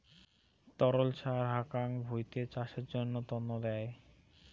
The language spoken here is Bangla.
তরল সার হাকান ভুঁইতে চাষের তন্ন দেয়